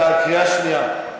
אתה על קריאה שנייה.